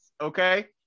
Okay